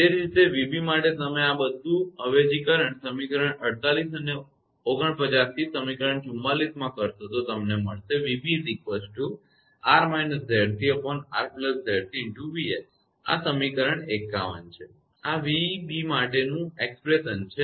એ જ રીતે 𝑣𝑏 માટે તમે આ બધું અવેજીકરણ સમીકરણ 48 અને 49 થી સમીકરણ 44 માં કરશો તો તમને મળશે આ સમીકરણ 51 છે આ 𝑣𝑏 માટેનું એકસ્પ્રેશન અભિવ્યક્તિ છે